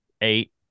Eight